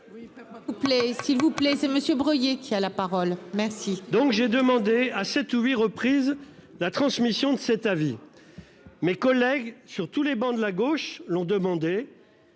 s'il vous plaît. C'est monsieur Breuiller qui a la parole. Merci. Donc j'ai demandé à 7 ou 8 reprises la transmission de cet avis. Mes collègues sur tous les bancs de la gauche, l'ont demandé.